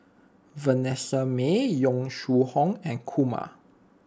Vanessa Mae Yong Shu Hoong and Kumar